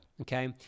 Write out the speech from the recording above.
okay